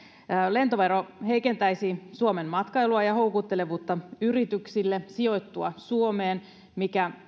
lentovero heikentäisi suomen matkailua ja houkuttelevuutta yrityksille sijoittua suomeen mikä